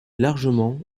largement